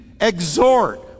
exhort